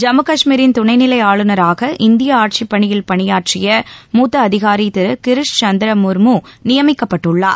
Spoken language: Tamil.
ஜம்மு கஷ்மீரின் துணைநிலை ஆளுநராக இந்திய ஆட்சிப்பணியில் பணியாற்றிய மூத்த அதிகாரி திரு கிரிஷ்சந்திர முர்மு நியமிக்கப்பட்டுள்ளார்